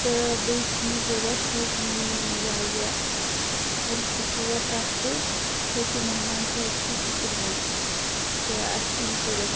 تہٕ بیٚیہِ چھِ مےٚ ضوٚرَتھ حظ یہِ یہِ ہہ یہِ رِستہٕ ژور تَتھ سۭتۍ کیٛازِکہِ مہمان چھِ اَسہِ سۭتۍ گُتُلۍ حظ تہٕ اَسہِ چھِ یِم ضوٚرَتھ